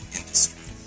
industry